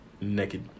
Naked